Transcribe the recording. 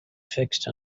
fixed